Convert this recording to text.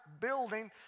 building